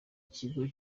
ikigo